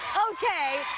okay.